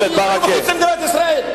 במים הבין-לאומיים, מחוץ למדינת ישראל.